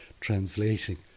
translating